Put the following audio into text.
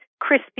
crispy